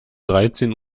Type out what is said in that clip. dreizehn